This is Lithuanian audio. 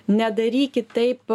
nedarykit taip